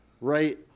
right